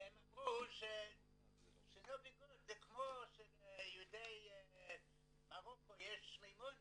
והם אמרו שנובי גוד זה כמו שליהודי מרוקו יש מימונה